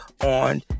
on